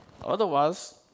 Otherwise